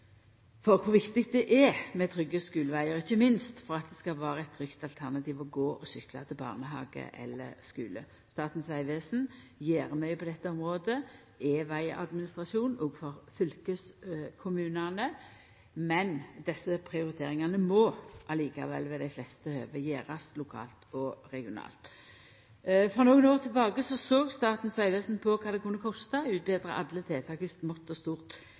kor viktig det er med trygge skulevegar, ikkje minst for at det skal vera eit trygt alternativ å gå og sykla til barnehage eller skule. Statens vegvesen gjer mykje på dette området og er vegadministrasjon òg for fylkeskommunane. Men desse prioriteringane må likevel ved dei fleste høve gjerast lokalt og regionalt. For nokre år sidan såg Statens vegvesen på kva det kunne kosta å utbetra alle tiltak i smått og stort